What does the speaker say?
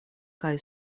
kaj